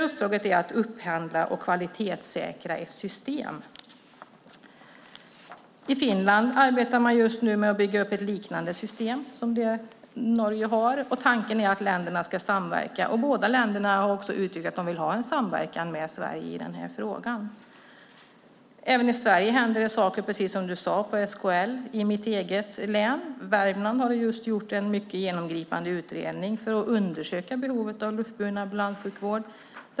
Uppdraget är att upphandla och kvalitetssäkra ett system. I Finland arbetar man just nu med att bygga upp ett liknande system som det Norge har. Tanken är att länderna ska samverka. Båda länderna har också uttryckt att de vill ha en samverkan med Sverige i frågan. Även i Sverige händer saker, precis som du sade, på SKL. I mitt eget län, Värmland, har man just gjort en genomgripande utredning för att undersöka behovet av luftburen ambulanssjukvård.